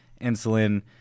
insulin